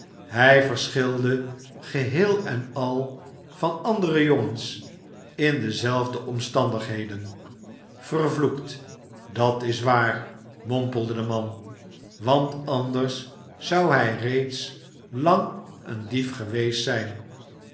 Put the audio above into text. hij verschilde geheel en al van andere jongens in dezelfde omstandigheden vervloekt dat is waar mompelde de man want anders zou hij reeds lang een dief geweest zijn